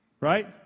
Right